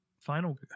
Final